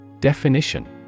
Definition